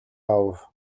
авав